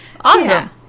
Awesome